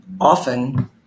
often